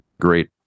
great